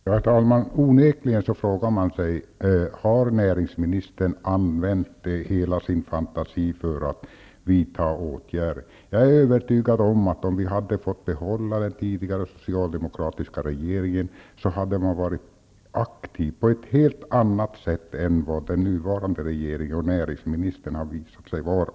Herr talman! Man frågar sig onekligen om näringsministern har använt hela sin fantasi för att vidta åtgärder. Jag är övertygad om att om vi hade fått behålla den tidigare socialdemokratiska regeringen hade den varit aktiv på ett helt annat sätt än vad den nuvarande regeringen och näringsministern har visat sig vara.